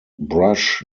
brush